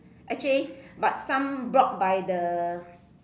actually but some blocked by the